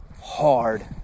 hard